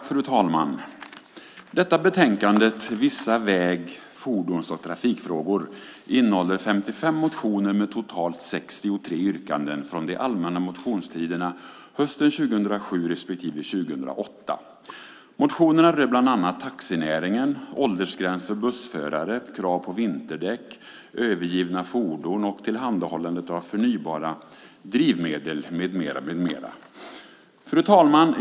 Fru talman! I detta betänkande, Vissa väg-, fordons och trafikfrågor , behandlas 55 motioner med totalt 63 yrkanden från de allmänna motionstiderna hösten 2007 respektive 2008. Motionerna rör bland annat taxinäringen, åldergräns för bussförare, krav på vinterdäck, övergivna fordon, tillhandahållandet av förnybara drivmedel med mera. Fru talman!